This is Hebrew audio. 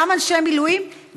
גם אנשי מילואים,